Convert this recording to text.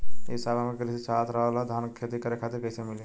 ए साहब हमके कृषि ऋण चाहत रहल ह धान क खेती करे खातिर कईसे मीली?